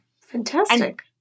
Fantastic